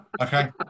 Okay